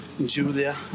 Julia